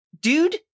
dude